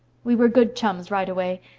we were good chums right way.